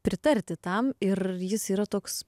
pritarti tam ir jis yra toks